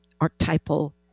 archetypal